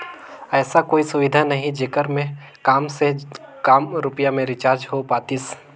ऐसा कोई सुविधा नहीं जेकर मे काम से काम रुपिया मे रिचार्ज हो पातीस?